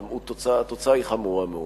התוצאה היא חמורה מאוד.